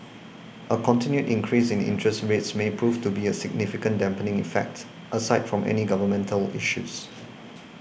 a continued increase in interest rates may prove to be of significant dampening effect aside from any governmental issues